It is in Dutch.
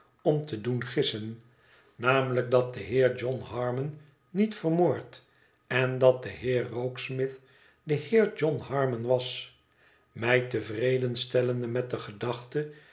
om te doen gissen namelijk dat de heer john harmon niet vermoord en dat de heer rokesmith de heer john harmon was mij tevreden stellende met de gedachte